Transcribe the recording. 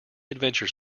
adventures